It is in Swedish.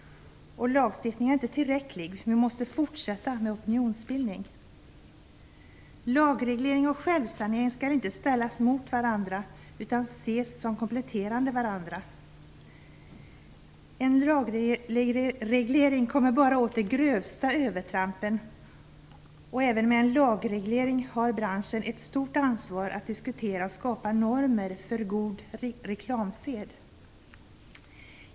Lagstiftning är inte tillräckligt. Vi måste fortsätta med opinionsbildning. Lagreglering och självsanering skall inte ställas mot varandra utan ses som kompletterande varandra. En lagreglering kommer bara åt de grövsta övertrampen. Även med en lagstiftning har branschen ett ansvar att diskutera och skapa normer för god reklamsed.